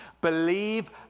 Believe